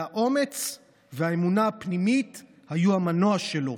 והאומץ והאמונה הפנימית היו המנוע שלו,